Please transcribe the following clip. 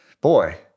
Boy